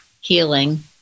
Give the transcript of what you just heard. healing